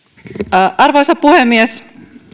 arvoisa puhemies